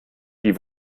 die